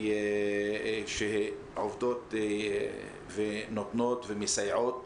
שעובדות, נותנות ומסייעות,